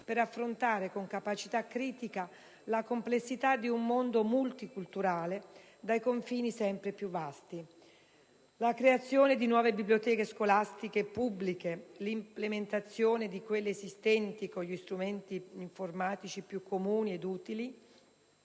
per affrontare con capacità critica la complessità di un mondo multiculturale, dai confini sempre più vasti. La creazione di nuove biblioteche scolastiche pubbliche e l'implementazione di quelle esistenti con gli strumenti informatici più comuni ed utili,